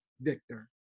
Victor